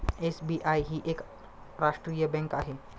SBI ही एक राष्ट्रीय बँक आहे